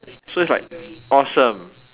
so it's like awesome